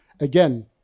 Again